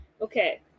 Okay